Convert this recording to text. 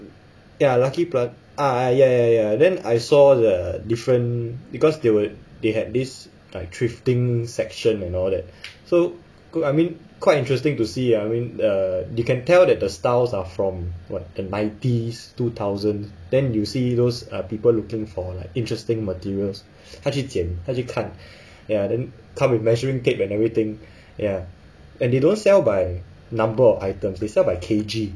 ya lucky plaza ah ya ya ya then I saw the different because they would they had this uh thrifting section and all that so good I mean quite interesting to see ah I mean you can tell that the styles are from what the nineties two thousand then you see those uh people looking for like interesting materials 他去剪他去 ya then come with measuring tape and everything ya and they don't sell by number of items they sell by K_G